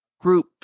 group